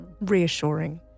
reassuring